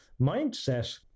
mindset